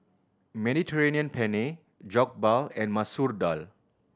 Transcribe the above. Mediterranean Penne Jokbal and Masoor Dal